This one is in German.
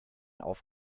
auf